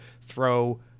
throw